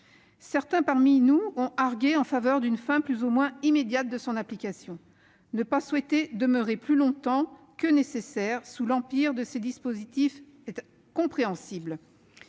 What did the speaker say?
Certains parmi nous ont plaidé en faveur d'une fin plus ou moins immédiate de son application. Ne pas souhaiter demeurer plus longtemps que nécessaire sous l'empire de ces dispositifs est compréhensible.